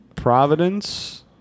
Providence